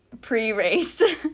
pre-race